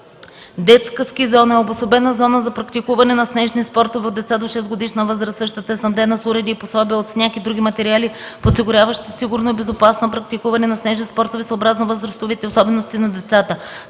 „Детска ски зона” е обособена зона за практикуване на снежни спортове от деца до 6-годишна възраст. Същата е снабдена с уреди и пособия от сняг и други материали, подсигуряващи сигурно и безопасно практикуване на снежни спортове, съобразно възрастовите особености на децата.